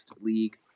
league